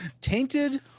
Tainted